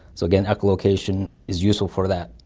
so again, echolocation is useful for that.